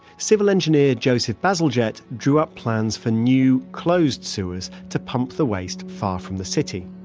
civil engineer joseph bazalgette drew up plans for new, closed sewers to pump the waste far from the city.